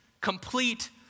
complete